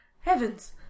Heavens